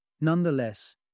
Nonetheless